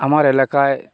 আমার এলাকায়